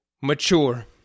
mature